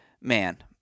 man